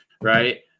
Right